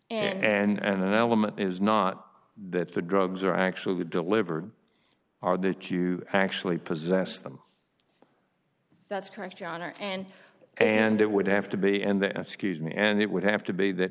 t and an element is not that the drugs are actually delivered are that you actually possess them that's correct john or and and it would have to be and the excuse me and it would have to be that